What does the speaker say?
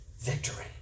victory